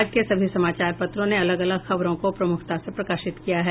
आज के सभी समाचार पत्रों ने अलग अलग खबरों को प्रमुखता से प्रकाशित किया है